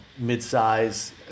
midsize